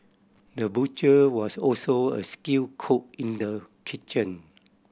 the butcher was also a skilled cook in the kitchen